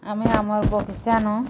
ଆମେ ଆମ ବଗିଚାନ